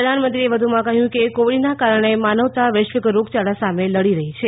પ્રધાનમંત્રીએ કહ્યું કે કોવીડના કારણે માનવતા વૈશ્વિક રોગયાળા સામે લડી રહી છે